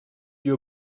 your